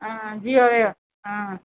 ஆ ஜியோவே ஆ